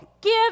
Give